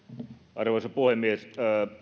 arvoisa puhemies